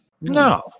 No